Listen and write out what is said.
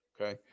Okay